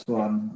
one